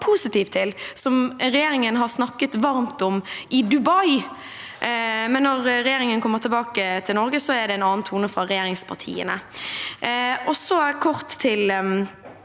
positiv til, og som regjeringen har snakket varmt om i Dubai. Men når regjeringen kommer tilbake til Norge, er det en annen tone fra regjeringspartiene. Så kort om